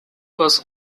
was